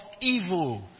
evil